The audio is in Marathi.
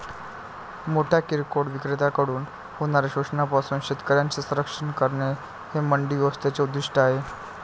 मोठ्या किरकोळ विक्रेत्यांकडून होणाऱ्या शोषणापासून शेतकऱ्यांचे संरक्षण करणे हे मंडी व्यवस्थेचे उद्दिष्ट आहे